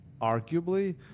arguably